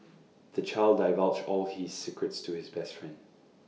the child divulged all his secrets to his best friend